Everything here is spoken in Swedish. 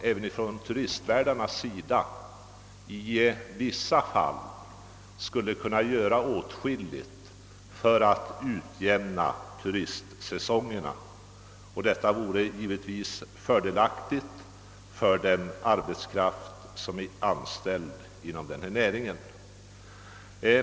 Även turistvärdarna tror jag dock i vissa fall skulle kunna göra åtskilligt för att utjämna turistsäsongerna, vilket vore mycket fördelaktigt för den inom näringen anställda arbetskraften.